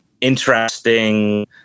interesting